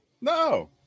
No